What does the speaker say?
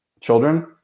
children